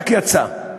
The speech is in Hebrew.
רק יצא,